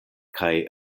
kaj